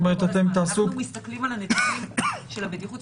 אנחנו מסתכלים על הנתונים של הבטיחות.